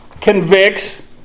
convicts